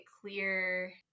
clear